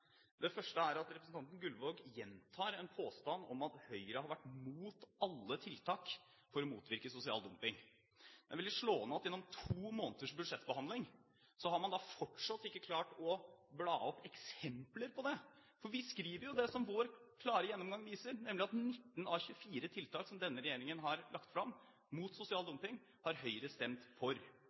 Det første er at representanten Gullvåg gjentar en påstand om at Høyre har vært imot alle tiltak for å motvirke sosial dumping. Det er veldig slående at man gjennom to måneders budsjettbehandling fortsatt ikke har klart å bla opp eksempler på det. Vi skriver i innstillingen det som vår klare gjennomgang viser, nemlig at 19 av 24 tiltak som denne regjeringen har lagt fram mot sosial dumping, har Høyre stemt for.